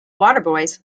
waterboys